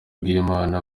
bw’imana